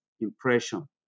impression